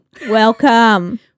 Welcome